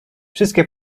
wszystkie